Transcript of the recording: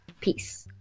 peace